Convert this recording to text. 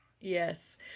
Yes